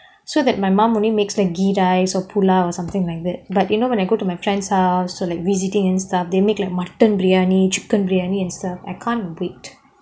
so that my mom only makes ghee rice or pulao or something like that but you know when I go to my friend's house to like visiting and stuff they make like mutton biryani chicken briyani and stuff I can't wait